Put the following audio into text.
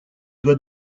doit